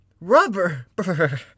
Rubber